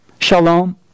shalom